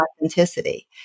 authenticity